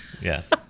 yes